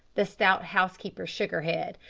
the stout housekeeper shook her head.